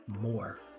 More